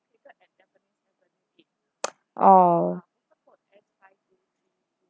oh